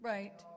Right